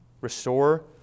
restore